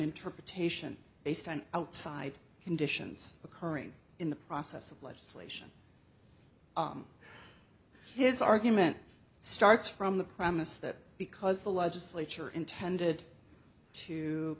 interpretation based on outside conditions occurring in the process of legislation his argument starts from the premise that because the legislature intended to